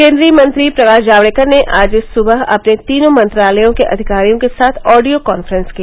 केंद्रीय मंत्री प्रकाश जावड़ेकर ने आज सुबह अपने तीनों मंत्रालयों के अधिकारियों के साथ ऑडियो काफ्रेंस की